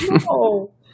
No